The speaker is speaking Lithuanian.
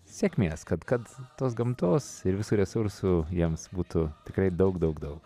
sėkmės kad kad tos gamtos ir visų resursų jiems būtų tikrai daug daug daug